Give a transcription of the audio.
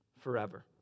forever